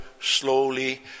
slowly